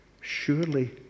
surely